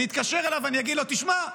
אני אתקשר אליו ואני אגיד לו: תשמע,